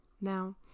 Now